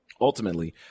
Ultimately